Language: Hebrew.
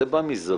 זה בא מזווית